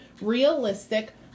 realistic